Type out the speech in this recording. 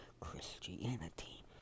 Christianity